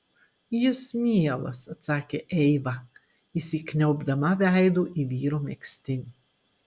jis mielas atsakė eiva įsikniaubdama veidu į vyro megztinį